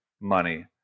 money